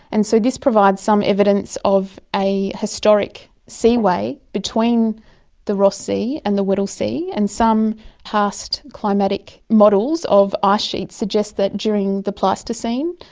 and so this provides some evidence of a historic seaway between the ross sea and the weddell sea, and some past climatic models of ice ah sheets suggest that during the pleistocene,